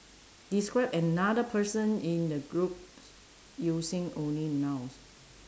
describe another person in the group using only nouns